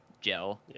gel